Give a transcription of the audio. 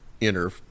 inner